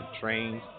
trains